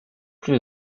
plus